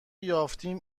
یافتیم